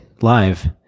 live